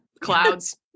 Clouds